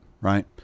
right